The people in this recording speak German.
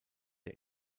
der